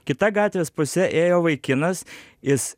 kita gatvės puse ėjo vaikinas jis